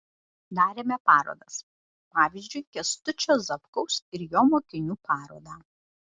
darėme parodas pavyzdžiui kęstučio zapkaus ir jo mokinių parodą